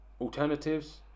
alternatives